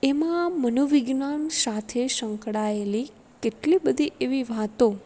એમાં મનોવિજ્ઞાન સાથે સંકળાયેલી કેટલી બધી એવી વાતો